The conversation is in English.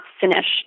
finished